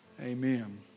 amen